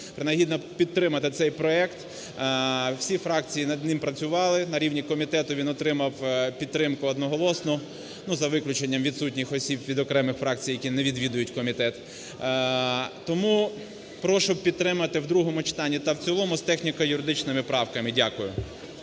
принагідно підтримати цей проект. Всі фракції над ним працювали, на рівні комітету він отримав підтримку одноголосно, за виключенням відсутніх осіб від окремих фракцій, які не відвідують комітет. Тому прошу підтримати в другому читанні та в цілому з техніко-юридичними правками. Дякую.